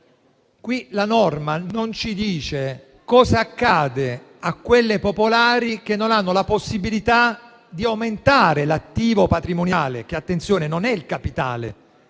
questa norma non dice cosa accade a quelle banche popolari che non hanno la possibilità di aumentare l'attivo patrimoniale - attenzione: non è il capitale,